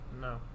no